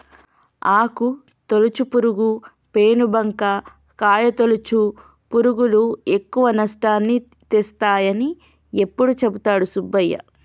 ఆకు తొలుచు పురుగు, పేను బంక, కాయ తొలుచు పురుగులు ఎక్కువ నష్టాన్ని తెస్తాయని ఎప్పుడు చెపుతాడు సుబ్బయ్య